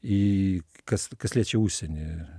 į kas kas liečia užsienį